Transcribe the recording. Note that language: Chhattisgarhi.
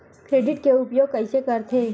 क्रेडिट के उपयोग कइसे करथे?